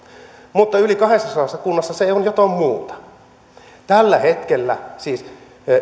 mutta yli kahdessasadassa kunnassa se on jotain muuta tällä hetkellä siis